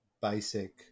basic